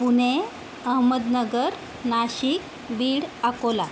Pune Ahmednagar Nashik Beed Akola